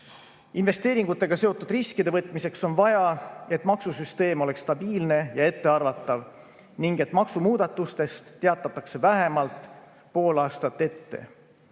Investeeringutega seotud riskide võtmiseks on vaja, et maksusüsteem oleks stabiilne ja ettearvatav ning et maksumuudatustest teatatakse vähemalt pool aastat ette.